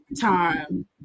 time